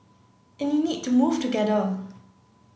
and you need to move together